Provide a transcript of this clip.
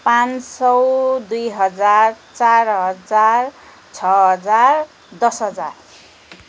पाँच सौ दुई हजार चार हजार छ हजार दस हजार